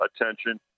attention